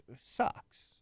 sucks